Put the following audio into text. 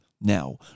now